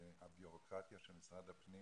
והבירוקרטיה של משרד הפנים